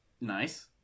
Nice